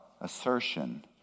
assertion